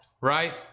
Right